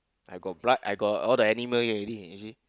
I got blood I got all the animal already actually